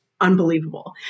unbelievable